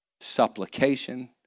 Supplication